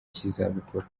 cy’izabukuru